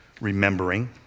remembering